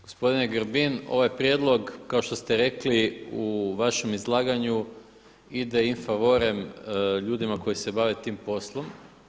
Gospodine Grbin, ovaj prijedlog kao što ste rekli u vašem izlaganju ide in favorem ljudima koji se bave tim poslom.